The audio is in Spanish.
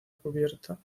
cubierta